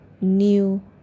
new